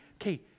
okay